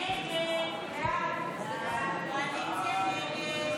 הסתייגות 104 לא נתקבלה.